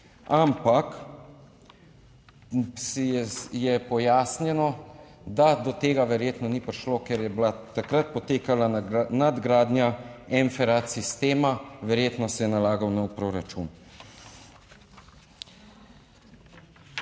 ampak je pojasnjeno, da do tega verjetno ni prišlo, ker je bila takrat potekala nadgradnja MFRAC sistema, verjetno se je nalagal nov proračun.